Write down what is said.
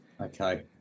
okay